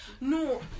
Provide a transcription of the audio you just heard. no